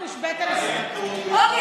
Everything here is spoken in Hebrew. ובסוף קנו אותך לא ברולקס, לא במרצדס, במה,